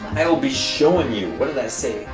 i will be showing you what did i say?